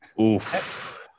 Oof